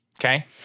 Okay